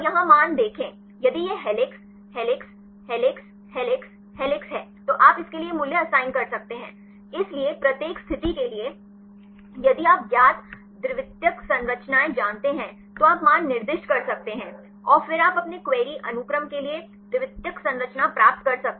और यहां मान देखें यदि यह helix helix helix helix helix है तो आप इसके लिए यह मूल्य असाइन कर सकते हैं इसलिए प्रत्येक स्थिति के लिए यदि आप ज्ञात द्वितीयक संरचनाएं जानते हैं तो आप मान निर्दिष्ट कर सकते हैं और फिर आप अपने क्वेरी अनुक्रम के लिए द्वितीयक संरचना प्राप्त कर सकते हैं